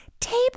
table